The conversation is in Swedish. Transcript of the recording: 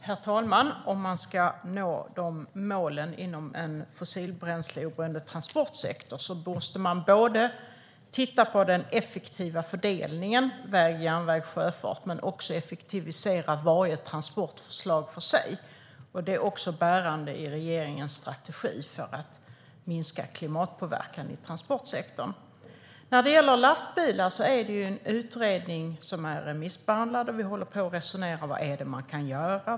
Herr talman! Om man ska nå de målen inom en fossilbränsleoberoende transportsektor måste man titta på den effektiva fördelningen när det gäller väg, järnväg och sjöfart, men man måste också effektivisera varje transportslag för sig. Det är bärande i regeringens strategi för att minska klimatpåverkan i transportsektorn. När det gäller lastbilar finns det en utredning som är remissbehandlad. Vi håller på och resonerar om vad man kan göra.